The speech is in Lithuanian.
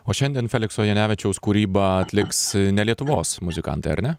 o šiandien felikso janevičiaus kūrybą atliks ne lietuvos muzikantai ar ne